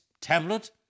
tablet